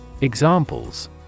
Examples